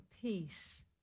peace